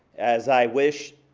as i wished,